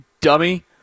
dummy